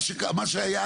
מה שהיה,